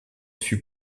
fut